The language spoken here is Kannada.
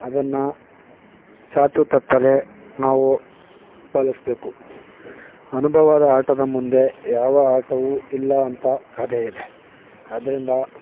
ಅದನ್ನು ಚಾಚೂ ತಪ್ಪದೇ ನಾವು ಪಾಲಿಸ್ಬೇಕು ಅನುಭವದ ಆಟದ ಮುಂದೆ ಯಾವ ಆಟವೂ ಇಲ್ಲ ಅಂತ ಗಾದೆ ಇದೆ ಆದ್ದರಿಂದ